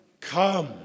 come